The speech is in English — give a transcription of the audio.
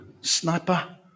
sniper